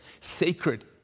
Sacred